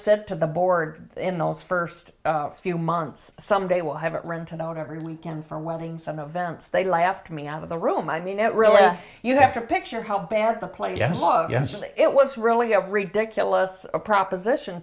said to the board in those first few months some day we'll have it rented out every weekend for weddings and events they laughed me out of the room i mean it really you have to picture how bad the place it was really a ridiculous proposition